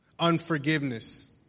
unforgiveness